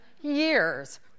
years